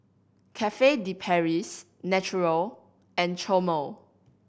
Cafe De Paris Naturel and Chomel